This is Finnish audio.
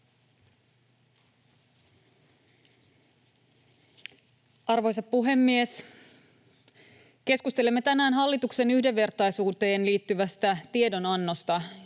Arvoisa puhemies! Keskustelemme tänään hallituksen yhdenvertaisuuteen liittyvästä tiedonannosta.